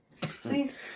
Please